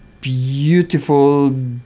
beautiful